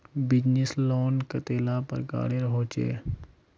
Business loan कतेला प्रकारेर होचे?